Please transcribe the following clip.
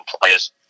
players